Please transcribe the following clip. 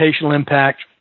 impact